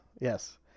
yes